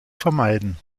vermeiden